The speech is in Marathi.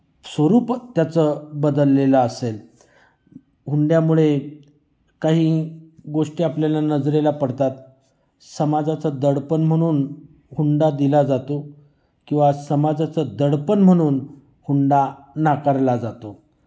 स्वरूप त्याचं बदललेलं असेल हुंड्यामुळे काही गोष्टी आपल्याला नजरेला पडतात समाजाचं दडपण म्हणून हुंडा दिला जातो किंवा समाजाचं दडपण म्हणून हुंडा नाकारला जातो